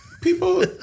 people